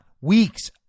weeks